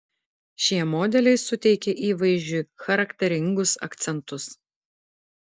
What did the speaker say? šie modeliai suteikia įvaizdžiui charakteringus akcentus